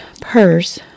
purse